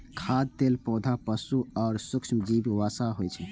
खाद्य तेल पौधा, पशु आ सूक्ष्मजीवक वसा होइ छै